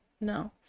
No